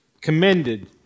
commended